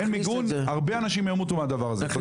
אין מיגון, הרבה אנשים ימותו מהדבר הזה.